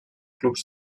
clubs